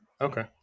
Okay